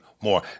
more